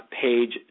page